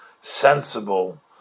sensible